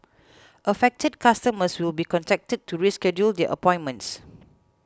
affected customers will be contacted to reschedule their appointments